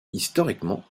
historiquement